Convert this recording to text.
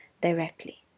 directly